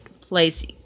place